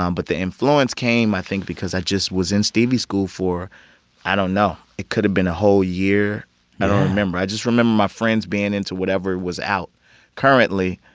um but the influence came, i think, because i just was in stevie school for i don't know it could have been a whole year yeah i don't remember. i just remember my friends being into whatever was out currently.